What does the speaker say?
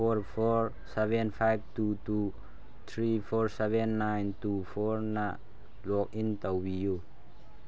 four four seven five two two three four seven nine two ꯐꯣꯔꯅ login ꯇꯧꯕꯤꯌꯨ